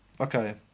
Okay